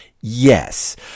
Yes